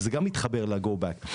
וזה גם מתחבר ל- Go Back.